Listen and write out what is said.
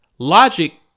Logic